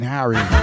Harry